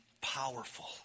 powerful